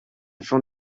from